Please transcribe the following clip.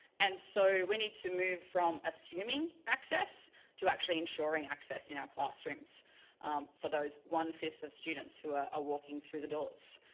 and so we need to move from assuming access to actually ensuring access in our classrooms for those one five of students who are ah walking through the doors.